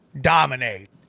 dominate